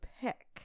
pick